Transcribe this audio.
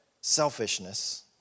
selfishness